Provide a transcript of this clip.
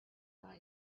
not